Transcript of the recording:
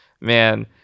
Man